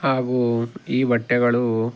ಹಾಗೂ ಈ ಬಟ್ಟೆಗಳು